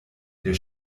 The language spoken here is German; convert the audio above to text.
der